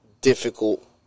difficult